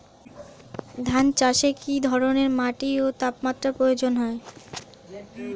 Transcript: ধান চাষে কী ধরনের মাটি ও তাপমাত্রার প্রয়োজন?